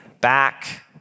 back